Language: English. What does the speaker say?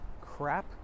crap